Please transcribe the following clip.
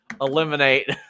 eliminate